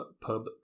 pub